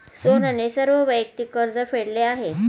सोहनने सर्व वैयक्तिक कर्ज फेडले आहे